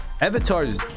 avatars